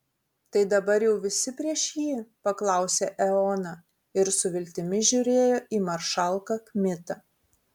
tai dabar jau visi prieš jį paklausė eoną ir su viltimi žiūrėjo į maršalką kmitą